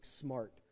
smart